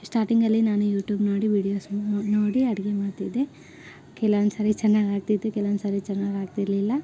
ಸ್ಟಾಟಿಂಗಲ್ಲಿ ನಾನು ಯೂಟೂಬ್ ನೋಡಿ ವಿಡಿಯೋಸ್ ನೋಡಿ ಅಡುಗೆ ಮಾಡ್ತಿದ್ದೆ ಕೆಲವೊಂದ್ಸರಿ ಚೆನ್ನಾಗ್ ಆಗ್ತಿತ್ತು ಕೆಲವೊಂದ್ಸರಿ ಚೆನ್ನಾಗ್ ಆಗ್ತಿರಲಿಲ್ಲ